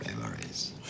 memories